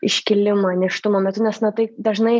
iškilimą nėštumo metu nes tai dažnai